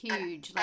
Huge